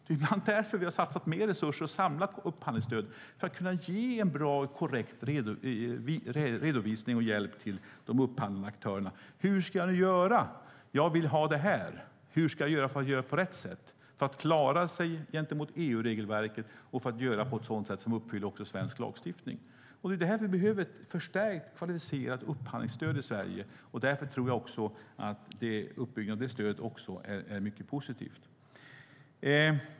Det är bland annat därför som vi har satsat mer resurser och samlat upphandlingsstödet, alltså för att kunna ge en bra och korrekt redovisning och hjälp till de upphandlande aktörerna. Hur ska jag göra för att det här ska göras på rätt sätt för att fungera mot EU-regelverket och för att upphandlingen görs på ett sådant sätt som också lever upp till svensk lagstiftning? Det är därför vi behöver ett förstärkt kvalificerat upphandlingsstöd i Sverige. Jag tror att uppbyggandet av det stödet är mycket positivt.